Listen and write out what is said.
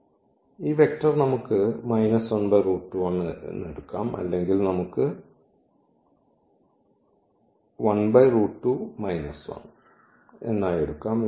അതിനാൽ ഈ വെക്റ്റർ നമുക്ക് എടുക്കാം അല്ലെങ്കിൽ നമുക്ക് എടുക്കാം